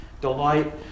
delight